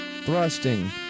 thrusting